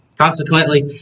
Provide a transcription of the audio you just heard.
Consequently